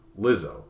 lizzo